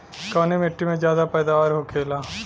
कवने मिट्टी में ज्यादा पैदावार होखेला?